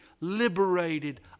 liberated